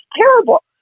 terrible